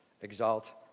Exalt